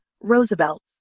Roosevelt